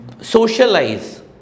Socialize